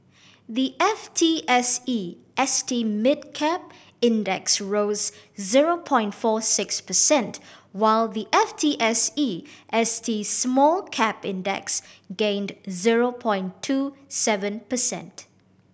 the F T S E S T Mid Cap Index rose zero point four six percent while the F T S E S T Small Cap Index gained zero point two seven percent